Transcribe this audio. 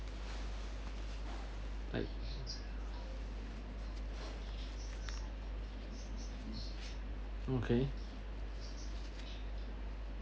like okay